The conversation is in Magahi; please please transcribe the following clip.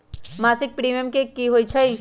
मासिक प्रीमियम की होई छई?